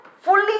fully